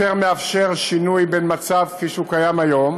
יותר מאפשר שינוי, בין המצב כפי שהוא קיים היום